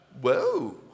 Whoa